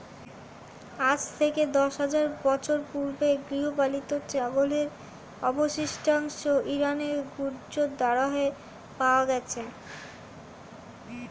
আজ থেকে দশ হাজার বছর পূর্বে গৃহপালিত ছাগলের অবশিষ্টাংশ ইরানের গঞ্জ দারেহে পাওয়া গেছে